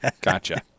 Gotcha